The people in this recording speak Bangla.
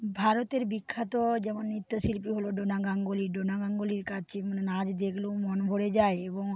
ভারতের বিখ্যাত যেমন নৃত্য শিল্পী হলো ডোনা গাঙ্গুলী ডোনা গাঙ্গুলীর কাছে নাচ যেগুলো মন ভরে যায় এবং